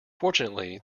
fortunately